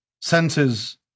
senses